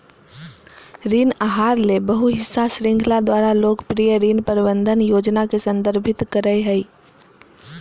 ऋण आहार ले बहु हिस्सा श्रृंखला द्वारा लोकप्रिय ऋण प्रबंधन योजना के संदर्भित करय हइ